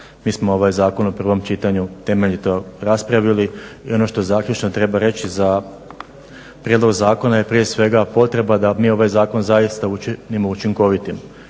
Mi smo ovaj zakon u prvom čitanju temeljito raspravili i ono što zaključno treba reći za prijedlog zakona je prije svega potreba da mi ovaj zakon zaista učinimo učinkovitim